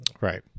right